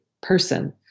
person